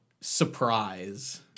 surprise